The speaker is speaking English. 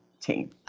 team